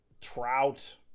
trout